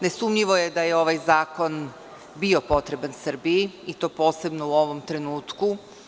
Nesumnjivo je da je ovaj zakon bio potreban Srbiji i to posebno u ovom trenutku.